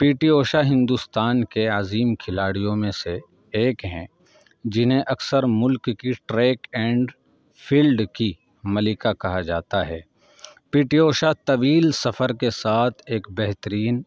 پی T Usha Hindustan کے عظیم کھلاڑیوں میں سے ایک ہیں جنہیں اکثر ملک کی ٹریک اینڈ فیلڈ کی ملکہ کہا جاتا ہے پی ٹی اوشا طویل سفر کے ساتھ ایک بہترین